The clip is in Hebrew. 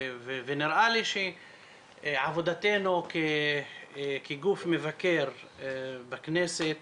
ונראה לי שעבודתנו כגוף מבקר בכנסת